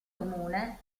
comune